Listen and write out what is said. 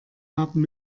haben